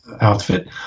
outfit